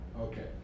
Okay